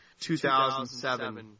2007